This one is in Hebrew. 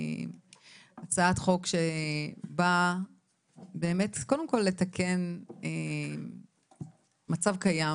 הצעת חוק שבאה באמת קודם כול לתקן מצב קיים